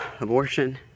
abortion